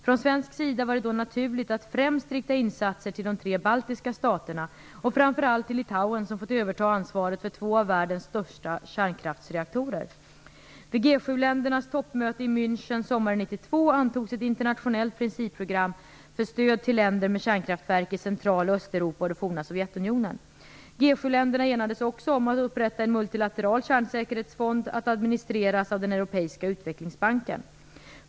Från svensk sida var det då naturligt att främst rikta insatser till de tre baltiska staterna och framför allt till Litauen som fått överta ansvaret för två av världens största kärnkraftsreaktorer. 1992 antogs ett internationellt principprogram för stöd till länder med kärnkraftverk i Central och Östeuropa och det forna Sovjetunionen. G 7-länderna enades också om att upprätta en multilateral kärnsäkerhetsfond att administreras av den europeiska utvecklingsbanken, EBRD.